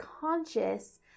conscious